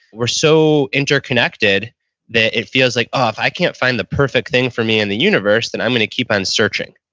we're so interconnected that it feels like oh, if i can't find the perfect thing for me in the universe, then i'm going to keep on searching.